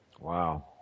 Wow